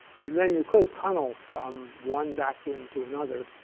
and then you could tunnel from one vacuum to another,